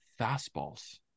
Fastballs